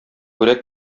күрә